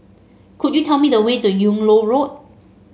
could you tell me the way to Yung Loh Road